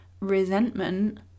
resentment